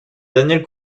daniel